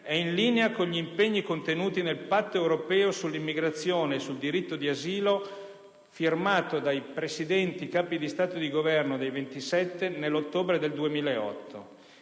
è in linea con gli impegni contenuti nel Patto europeo sull'immigrazione e sul diritto di asilo, firmato dai Presidenti, Capi di Stato e di Governo dei 27 nell'ottobre 2008,